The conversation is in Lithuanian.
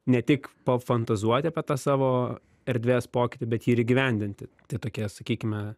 ne tik pafantazuoti apie tą savo erdvės pokytį bet jį įgyvendinti tai tokie sakykime